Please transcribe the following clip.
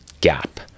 gap